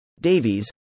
Davies